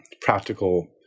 practical